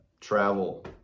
travel